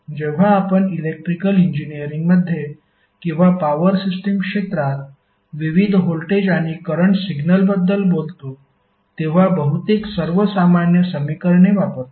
जेव्हा आपण इलेक्ट्रिकल इंजिनिअरिंगमध्ये किंवा पॉवर सिस्टम क्षेत्रात विविध व्होल्टेज आणि करंट सिग्नलबद्दल बोलतो तेव्हा बहुतेक सर्व सामान्य समीकरणे वापरतो